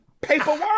paperwork